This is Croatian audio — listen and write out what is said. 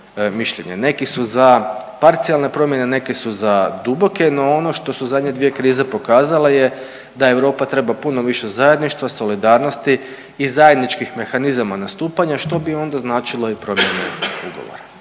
Neki su za parcijalne promjene, neki su za duboke, no ono što su zadnje dvije krize pokazale je da Europa treba puno više zajedništva, solidarnosti i zajedničkih mehanizama na stupanje, što bi onda značilo i promjenu ugovora.